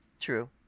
True